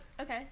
Okay